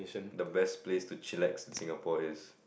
the best place to chillax in Singapore is